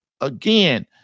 Again